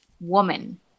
woman